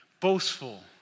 Boastful